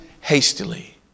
hastily